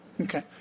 Okay